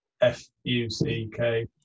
F-U-C-K